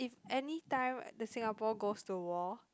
if anytime the Singapore goes to war